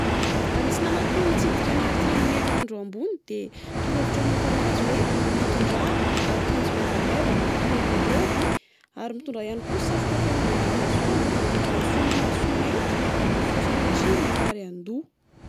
Ra misy namako hitsidika anà aty amin'ny erinandro ambony de toro-hevitra homeko anazy hoe:mitondrà akanjo maivamaivana toy ny roby. Ary mitondrà ihany koa satroka fiarovana amin'ny masoandro, de solomaso mainty sao sanatria marary andoha.